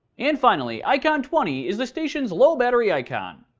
and finally, icon twenty is the station's low battery icon.